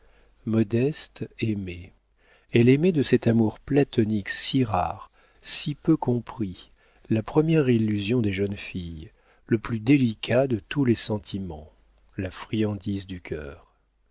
modeste aimait elle aimait de cet amour platonique si rare si peu compris la première illusion des jeunes filles le plus délicat de tous les sentiments la friandise du cœur